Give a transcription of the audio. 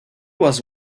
was